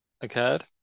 occurred